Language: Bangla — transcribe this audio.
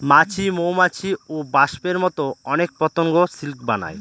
মাছি, মৌমাছি, ওবাস্পের মতো অনেক পতঙ্গ সিল্ক বানায়